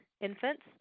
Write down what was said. Infants